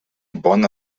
bon